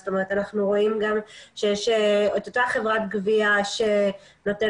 אנחנו רואים גם אותה חברת גבייה שנותנת